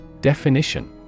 Definition